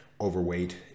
overweight